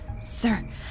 Sir